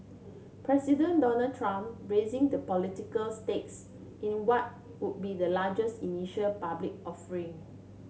President Donald Trump raising the political stakes in what would be the largest initial public offering